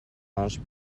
range